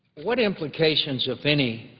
what implications, if any,